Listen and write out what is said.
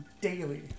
daily